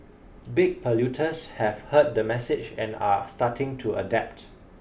big polluters have heard the message and are starting to adapt